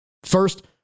First